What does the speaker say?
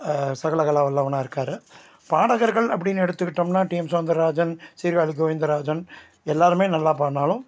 சகலகலா வல்லவனாக இருக்கார் பாடகர்கள் அப்படின்னு எடுத்துக்கிட்டோம்னால் டிஎம் சௌந்தர்ராஜன் சீர்காழி கோவிந்தராஜன் எல்லாேருமே நல்லா பாடினாலும்